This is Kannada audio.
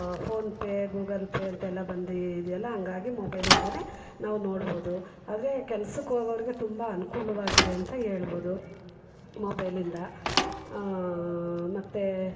ಫೋನ್ಪೇ ಗೂಗಲ್ ಪೇ ಅಂತೆಲ್ಲ ಬಂದಿದೆಯಲ್ಲ ಹಾಗಾಗಿ ಮೊಬೈಲಿಂದಲೇ ನಾವು ನೋಡ್ಬೋದು ಆದರೆ ಕೆಲಸಕ್ಕೋಗೋರ್ಗೆ ತುಂಬ ಅನ್ಕೂಲವಾಗಿದೆ ಅಂತ ಹೇಳ್ಬೋದು ಮೊಬೈಲಿಂದ ಮತ್ತು